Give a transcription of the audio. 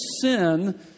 sin